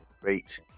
great